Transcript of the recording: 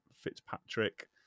Fitzpatrick